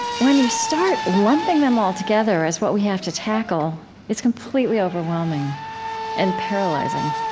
when you start lumping them all together as what we have to tackle, it's completely overwhelming and paralyzing.